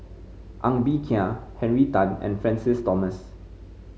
Ng Bee Kia Henry Tan and Francis Thomas